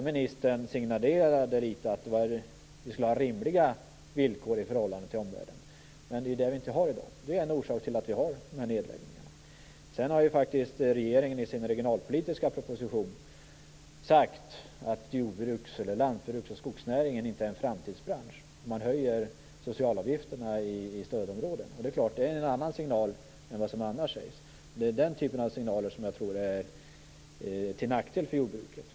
Ministern signalerade ju ändå att vi skall ha rimliga villkor i förhållande till omvärlden. Men det är ju det vi inte har i dag. Det är en orsak till att vi har de här nedläggningarna. Sedan har ju faktiskt regeringen i sin regionalpolitiska proposition sagt att lantbruks och skogsnäringen inte är en framtidsbransch. Man höjer socialavgifterna i stödområden. Det är klart att det är en annan signal jämfört med vad som annars sägs. Det är den typ av signaler som jag tror är till nackdel för jordbruket.